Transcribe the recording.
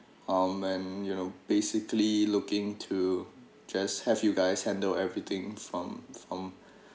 um and you know basically looking to just have you guys handle everything from from